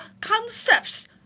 concepts